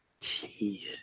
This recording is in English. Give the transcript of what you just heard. jeez